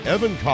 Evan